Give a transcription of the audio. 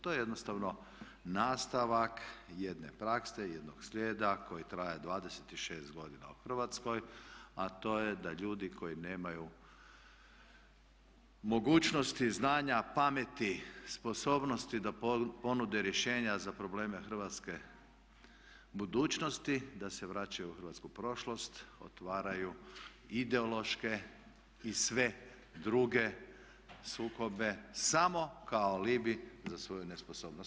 To je jednostavno nastavak jedne prakse, jednog slijeda koji traje 26 godina u Hrvatskoj a to je da ljudi koji nemaju mogućnosti, znanja, pameti, sposobnosti da ponude rješenja za probleme hrvatske budućnosti da se vraćaju u hrvatsku prošlost, otvaraju ideološke i sve druge sukobe samo kao alibi za svoju nesposobnost.